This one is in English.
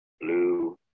blue